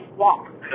walk